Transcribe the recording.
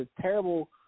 terrible